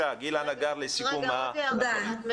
גילה נגר, בבקשה תסכמי את הדברים.